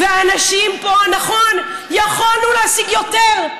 ואנשים פה, נכון, יכולנו להשיג יותר,